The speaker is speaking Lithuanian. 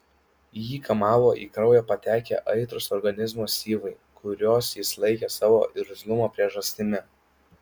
jį kamavo į kraują patekę aitrūs organizmo syvai kuriuos jis laikė savo irzlumo priežastimi